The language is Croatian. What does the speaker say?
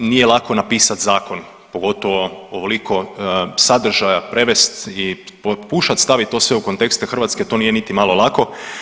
Nije lako napisat zakon pogotovo ovoliko sadržaja prevesti i pokušat stavit to sve u kontekste Hrvatske to nije niti malo lako.